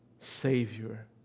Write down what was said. Savior